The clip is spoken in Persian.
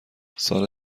سال